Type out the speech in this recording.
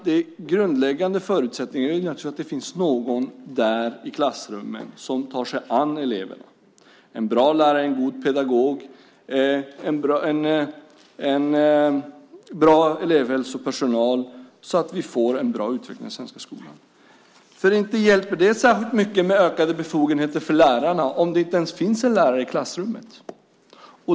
Den grundläggande förutsättningen är naturligtvis att det finns någon i klassrummet som tar sig an eleverna - en bra lärare, en god pedagog, en bra elevhälsopersonal - så att vi får en bra utveckling i den svenska skolan. Inte hjälper det särskilt mycket med ökade befogenheter för lärarna om det inte ens finns en lärare i klassrummet.